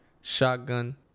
shotgun